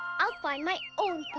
i'll find my own